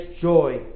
joy